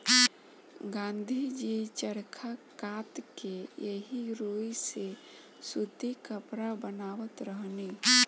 गाँधी जी चरखा कात के एही रुई से सूती कपड़ा बनावत रहनी